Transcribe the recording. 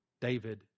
David